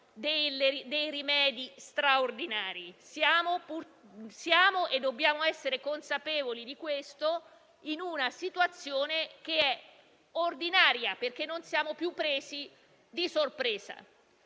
rimedi straordinari. Dobbiamo essere consapevoli di questo, in una situazione che è ordinaria, perché non siamo più colti di sorpresa.